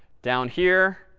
down here,